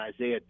Isaiah